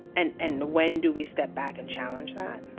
and and when do we step back and challenge that?